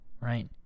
right